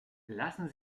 lassen